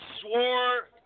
swore